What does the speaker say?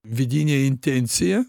vidinė intencija